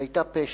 היא היתה פשע.